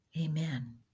Amen